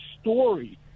story